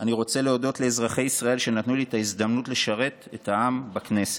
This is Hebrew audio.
אני רוצה להודות לאזרחי ישראל שנתנו לי את ההזדמנות לשרת את העם בכנסת.